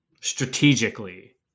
strategically